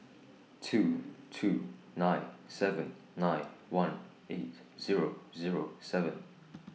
two two nine seven nine one eight Zero Zero seven